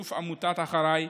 ובשיתוף עמותת אחריי,